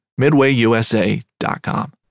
MidwayUSA.com